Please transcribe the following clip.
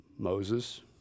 Moses